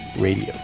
radio